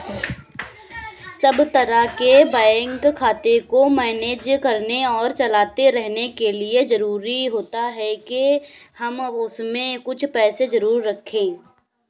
सब तरह के बैंक खाते को मैनेज करने और चलाते रहने के लिए जरुरी होता है के हम उसमें कुछ पैसे जरूर रखे